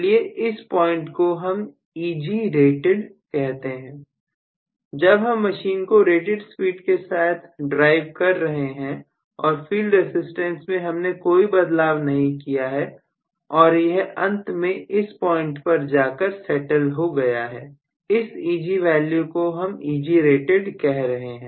चलिए इस पॉइंट को हम Egrated कहते हैं जब हम मशीन को रेटेड स्पीड के साथ ड्राइव कर रहे हैं और फील्ड रसिस्टेंस में हमने कोई बदलाव नहीं किया है और यह अंत में इस पॉइंट पर जाकर सेटल हो गया है इस Eg वैल्यू को हम Egrated कह रहे हैं